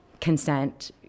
consent